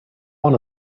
one